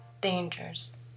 dangers